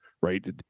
right